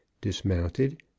dismounted